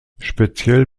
speziell